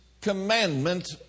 commandment